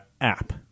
app